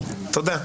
תודה.